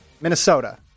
Minnesota